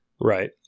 Right